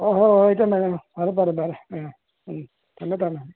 ꯑꯣ ꯍꯣꯏ ꯍꯣꯏ ꯏꯇꯩꯃ ꯏꯇꯩꯃ ꯐꯔꯦ ꯐꯔꯦ ꯐꯔꯦ ꯎꯝ ꯎꯝ ꯊꯝꯃꯦ ꯊꯝꯃꯦ